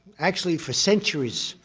actually, for centuries,